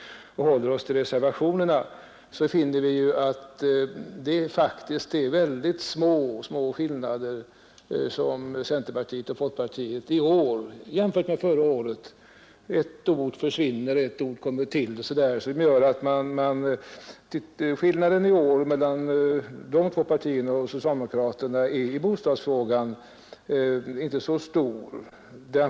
Men om vi bortser från dessa tal och i stället håller oss till reservationerna kan vi notera att skillnaderna mellan mittenpartierna och socialdemokraterna i bostadsfrågan i är faktiskt är väldigt små jämfört med tidigare år.